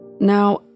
Now